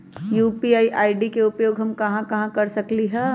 UPI ID के उपयोग हम कहां कहां कर सकली ह?